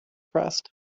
pressed